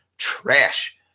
trash